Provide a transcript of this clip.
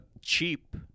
cheap